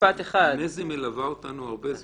מזי מלווה אותנו כבר הרבה זמן.